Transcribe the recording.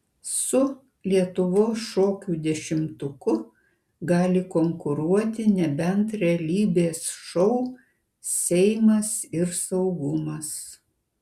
su lietuvos šokių dešimtuku gali konkuruoti nebent realybės šou seimas ir saugumas